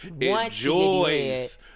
enjoys